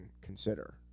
consider